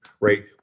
Right